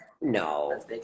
No